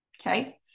Okay